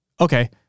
Okay